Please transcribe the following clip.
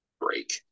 break